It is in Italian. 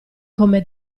come